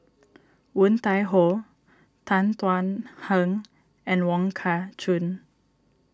Woon Tai Ho Tan Thuan Heng and Wong Kah Chun